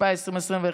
התשפ"א 2021,